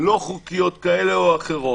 לא חוקיות כאלה או אחרות